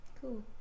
Cool